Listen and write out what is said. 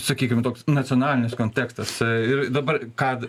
sakykim toks nacionalinis kontekstas ir dabar kad